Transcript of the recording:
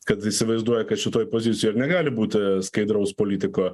kad įsivaizduoja kad šitoj opozicijoj negali būti skaidraus politiko